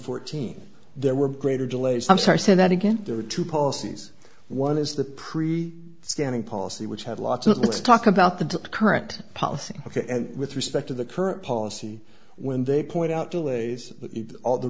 fourteen there were greater delays i'm sorry say that again there are two policies one is the pre scanning policy which had lots of let's talk about the current policy ok and with respect to the current policy when they point out delays all the